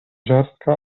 ziarnka